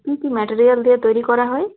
কী কী ম্যাটেরিয়াল দিয়ে তৈরি করা হয়